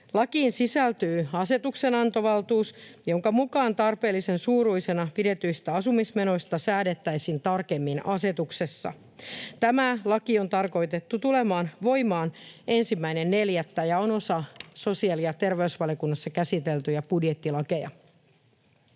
Lakiin sisältyy asetuksenantovaltuus, jonka mukaan tarpeellisen suuruisena pidetyistä asumismenoista säädettäisiin tarkemmin asetuksessa. Tämä laki on tarkoitettu tulemaan voimaan 1.4. ja on osa sosiaali- ja terveysvaliokunnassa käsiteltyjä budjettilakeja.